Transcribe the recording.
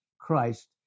Christ